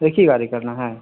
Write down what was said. ایک ہی گاڑی کرنا ہے